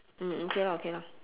mm okay lah okay lah